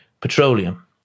petroleum